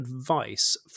advice